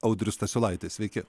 audrius stasiulaitis sveiki